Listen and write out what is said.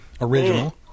original